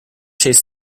chased